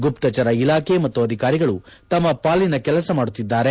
ಗುಪ್ತಚರ ಇಲಾಖೆ ಮತ್ತು ಅಧಿಕಾರಿಗಳು ತಮ್ಮ ಪಾಲಿನ ಕೆಲಸ ಮಾಡುತ್ತಿದ್ದಾರೆ